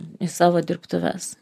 į savo dirbtuves